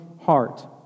heart